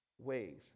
ways